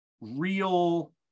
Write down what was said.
real